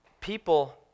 People